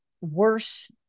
worse